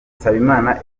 nsabimana